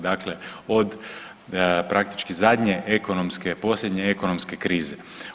Dakle, od praktički zadnje ekonomske, posljednje ekonomske krize.